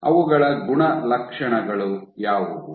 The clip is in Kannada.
ಅವುಗಳ ಗುಣಲಕ್ಷಣಗಳು ಯಾವುವು